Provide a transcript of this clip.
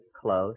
close